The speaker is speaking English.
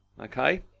Okay